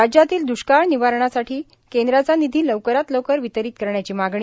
राज्यातील द्रष्काळ निवारणासाठी केंद्राचा निधी लवकरात लवकर वितरित करण्याची मागणी